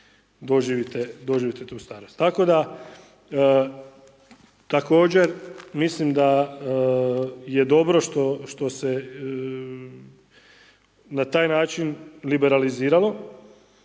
doživite tu starost. Tako da također mislim da je dobro što se na taj način liberaliziralo.